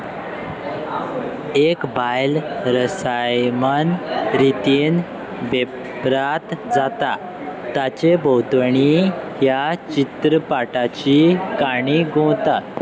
एक बायल रसायमान रितीन वेपरात जाता ताचे भोंवतणी ह्या चित्रपाटाची काणी घुंवता